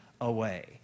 away